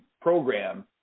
program